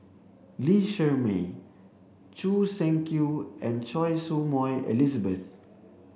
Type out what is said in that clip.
Lee Shermay Choo Seng Quee and Choy Su Moi Elizabeth